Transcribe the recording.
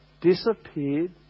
disappeared